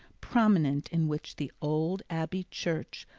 prominent in which the old abbey church,